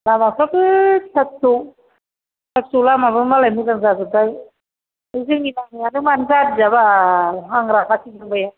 लामाफ्राबो फिसा फिसौ फिसा फिसौ लामाबाबो मालाय मोजां जाजोब्बाय बे जोंनि गामियानो मानो जादियाबाल आं रागासो जोंबाय